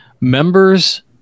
members